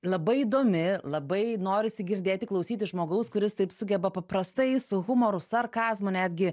labai įdomi labai norisi girdėti klausyti žmogaus kuris taip sugeba paprastai su humoru sarkazmu netgi